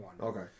Okay